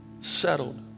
Settled